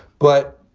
but